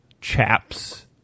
Chaps